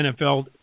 NFL